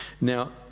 Now